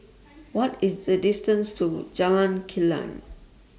What IS The distance to Jalan Kilang